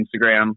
Instagram